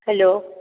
hello